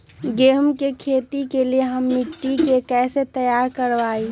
गेंहू की खेती के लिए हम मिट्टी के कैसे तैयार करवाई?